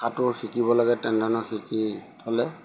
সাঁতোৰ শিকিব লাগে তেনেধৰণৰ শিকি থ'লে